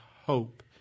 hope